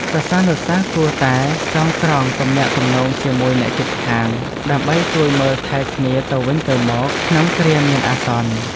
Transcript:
សិស្សានុសិស្សគួរតែចងក្រងទំនាក់ទំនងជាមួយអ្នកជិតខាង ដើម្បីជួយមើលថែគ្នាទៅវិញទៅមកក្នុងគ្រាមានអាសន្ន។